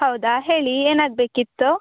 ಹೌದಾ ಹೇಳಿ ಏನಾಗಬೇಕಿತ್ತು